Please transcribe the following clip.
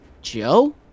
Joe